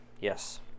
Yes